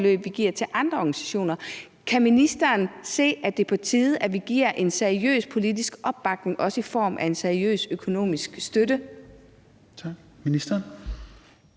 Kan ministeren se, at det er på tide, at vi giver en seriøs politisk opbakning til det, også i form af en seriøs økonomisk støtte?